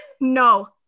No